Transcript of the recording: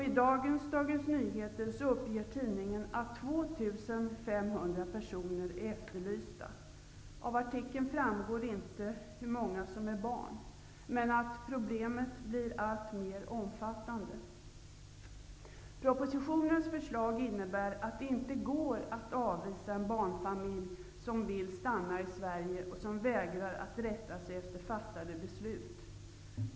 I Dagens Nyheter i dag uppger tidningen att 2 500 personer är efterlysta. Av artikeln framgår inte hur många som är barn. Problemet blir alltmer omfattande. Propositionens förslag innebär att det inte går att avvisa en barnfamilj som vill stanna i Sverige och som vägrar att rätta sig efter fattade beslut.